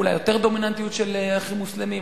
אולי יותר דומיננטיות של "האחים המוסלמים",